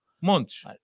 Montes